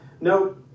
No